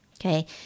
Okay